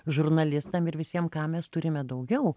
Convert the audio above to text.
žurnalistam ir visiem ką mes turime daugiau